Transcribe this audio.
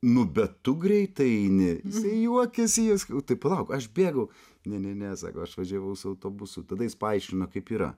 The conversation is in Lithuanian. nu bet tu greitai eini juokiasi jis tai palauk aš bėgau ne ne ne sako aš važiavau su autobusu tada jis paaiškino kaip yra